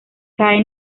cae